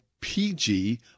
PG